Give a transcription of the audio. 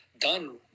done